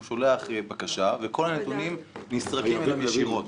הוא שולח בקשה וכל הנתונים נסרקים אליו ישירות.